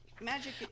Magic